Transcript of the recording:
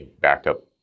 backup